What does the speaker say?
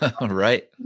right